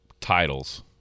titles